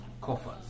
coffers